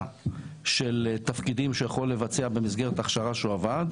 של תפקידים שהוא יכול לבצע במסגרת ההכשרה שהוא עבר,